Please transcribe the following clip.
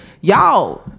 y'all